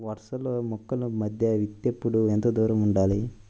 వరసలలో మొక్కల మధ్య విత్తేప్పుడు ఎంతదూరం ఉండాలి?